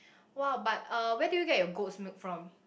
!wow! but uh where did you get goat's milk from